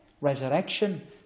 resurrection